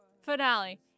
finale